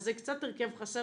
אז זה קצת הרכב חסר.